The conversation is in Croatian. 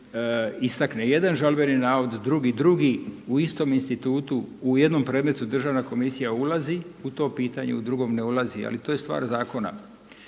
istakne jedan žalbeni navod, drugi drugi u istom institutu. U jednom predmetu Državna komisija ulazi u to pitanje, u drugom ne ulazi ali to je stvar zakona.